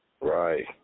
Right